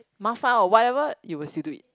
麻烦 or whatever you will still do it